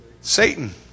Satan